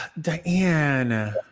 Diane